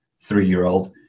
three-year-old